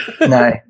no